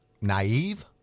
naive